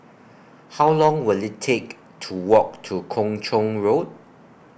How Long Will IT Take to Walk to Kung Chong Road